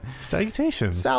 Salutations